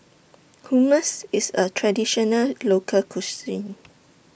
Hummus IS A Traditional Local Cuisine